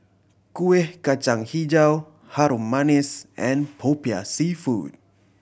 Kuih Kacang Hijau Harum Manis and Popiah Seafood